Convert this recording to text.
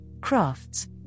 crafts